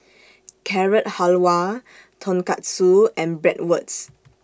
Carrot Halwa Tonkatsu and Bratwurst